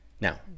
Now